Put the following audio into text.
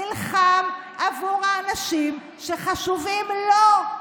נלחם בעבור האנשים שחשובים לו.